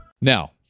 Now